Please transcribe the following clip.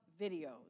videos